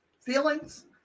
feelings